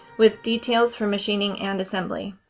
with details for machining and assembly.